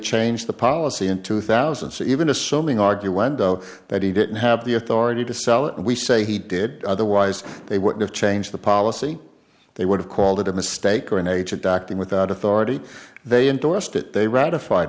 changed the policy in two thousand so even assuming argue when doe that he didn't have the authority to sell it and we say he did otherwise they would have changed the policy they would have called it a mistake or an agent acting without authority they endorsed it they